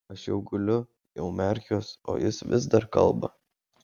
aš jau guliu jau merkiuos o jis vis dar kalba